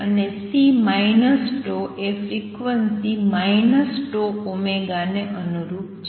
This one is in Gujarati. અને C τ એ ફ્રિક્વન્સી τω ને અનુરૂપ છે